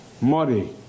muddy